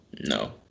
No